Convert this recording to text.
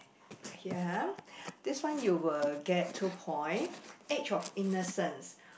ya ha this one you will get two points edge of innocent